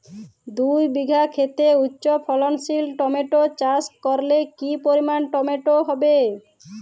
দুই বিঘা খেতে উচ্চফলনশীল টমেটো চাষ করলে কি পরিমাণ টমেটো হবে?